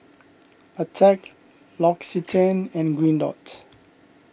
attack L'Occitane and Green Dot